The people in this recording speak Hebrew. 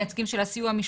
מייצגים של הסיוע המשפטי.